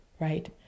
right